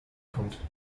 kommt